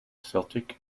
celtic